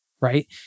right